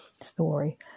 story